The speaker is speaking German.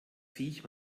viech